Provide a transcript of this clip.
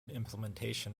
implementation